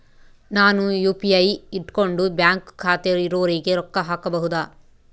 ನಾನು ಯು.ಪಿ.ಐ ಇಟ್ಕೊಂಡು ಬ್ಯಾಂಕ್ ಖಾತೆ ಇರೊರಿಗೆ ರೊಕ್ಕ ಹಾಕಬಹುದಾ?